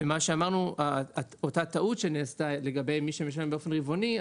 לגבי אותה טעות שנעשתה לגבי מי שמשלם באופן רבעוני,